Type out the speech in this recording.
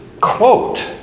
quote